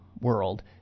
world